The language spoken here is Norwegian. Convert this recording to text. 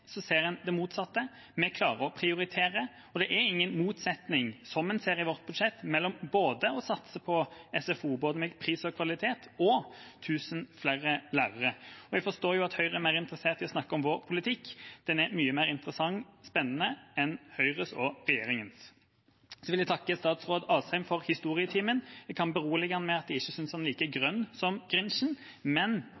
ser en det motsatte. Vi klarer å prioritere, og det er ingen motsetning, som en ser i vårt budsjett, mellom å satse både på SFO med pris og kvalitet og på 1 000 flere lærere. Jeg forstår jo at Høyre er mer interessert i å snakke om vår politikk; den er mye mer interessant og spennende enn Høyres og regjeringens. Jeg vil takke statsråd Asheim for historietimen. Jeg kan berolige ham med at jeg ikke synes han er like